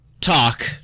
talk